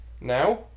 now